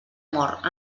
mort